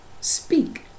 speak